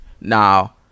Now